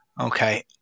okay